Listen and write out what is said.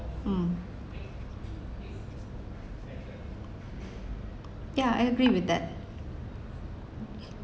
mm yeah I agree with that